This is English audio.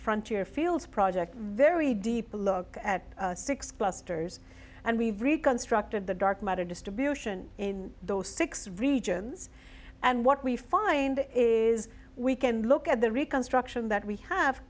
frontier feels project very deep a look at six clusters and we've reconstructed the dark matter distribution in those six regions and what we find is we can look at the reconstruction that we have